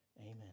Amen